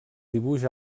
dibuix